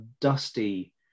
dusty